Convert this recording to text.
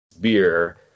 beer